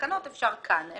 בתקנות ואפשר כאן.